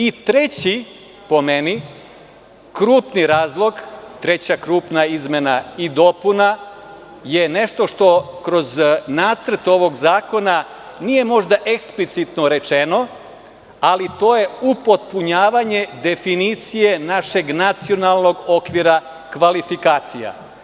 I treći po meni, krupni razlog, treća krupna izmena i dopuna, je nešto što kroz Nacrt ovog zakona nije možda eksplicitno rečeno, ali to je upotpunjavanje definicije našeg nacionalnog okvira kvalifikacija.